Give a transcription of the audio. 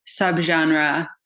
subgenre